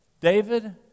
David